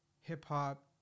hip-hop